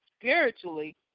spiritually